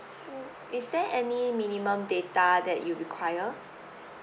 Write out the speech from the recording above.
is there any minimum data that you require